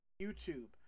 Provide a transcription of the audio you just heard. YouTube